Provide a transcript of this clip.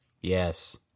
Yes